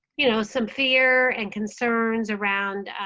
you know some fear and concerns around